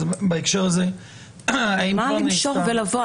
בהקשר הזה האם כבר נעשתה --- מה למשוך ולבוא,